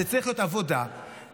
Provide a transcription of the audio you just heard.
זאת צריכה להיות עבודה בין-משרדית,